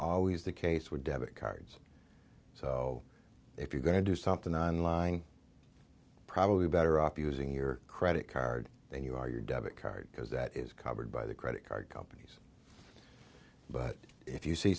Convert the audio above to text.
always the case with debit cards so if you're going to do something on line probably better off using your credit card then you are your debit card because that is covered by the credit card companies but if you see